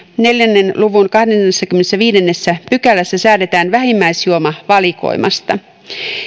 neljän luvun kahdennessakymmenennessäviidennessä pykälässä säädetään vähimmäisjuomavalikoimasta